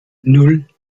nan